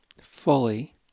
fully